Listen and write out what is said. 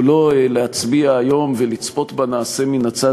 לא להצביע היום ולצפות בנעשה מן הצד,